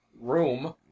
room